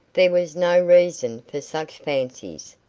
there was no reason for such fancies,